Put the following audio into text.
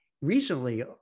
Recently